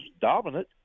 dominant